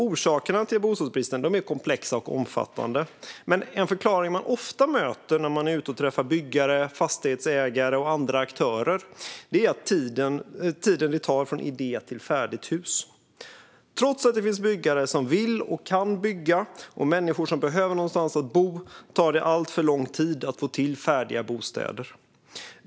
Orsakerna till bostadsbristen är komplexa och omfattande, men en förklaring man ofta möter när man är ute och träffar byggare, fastighetsägare och andra aktörer är tiden det tar från idé till färdigt hus. Trots att det finns byggare som vill och kan bygga och människor som behöver någonstans att bo tar det alltför lång tid att få till färdiga bostäder.